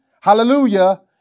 hallelujah